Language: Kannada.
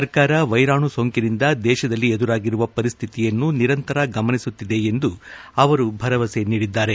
ಸರ್ಕಾರ ವೈರಾಣು ಸೋಂಕಿನಿಂದ ದೇಶದಲ್ಲಿ ಎದುರಾಗಿರುವ ಪರಿಸ್ಹಿತಿಯನ್ನು ನಿರಂತರ ಗಮನಿಸುತ್ತಿದೆ ಎಂದು ಅವರು ಭರವಸೆ ನೀಡಿದ್ದಾರೆ